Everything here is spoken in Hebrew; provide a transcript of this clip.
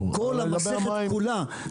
כל המסכת כולה.